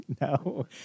no